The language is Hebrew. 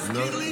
תזכיר לי.